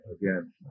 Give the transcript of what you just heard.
again